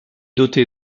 doté